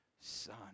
son